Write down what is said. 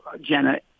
Jenna